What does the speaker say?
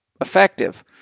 effective